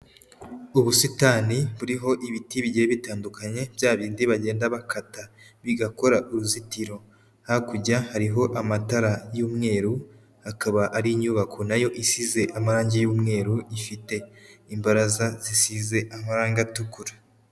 Ubusitani buriho ibiti bigiye bitandukanye bya bindi bagenda bakata bigakora uruzitiro. Hakurya hariho amatara y'umweru, akaba ari inyubako na yo isize amarange y'umweru ifite imbaraza zisize amarange atukura.